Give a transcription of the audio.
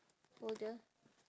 folder